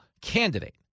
candidate